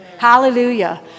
Hallelujah